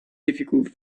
difficult